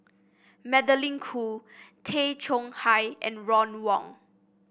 Magdalene Khoo Tay Chong Hai and Ron Wong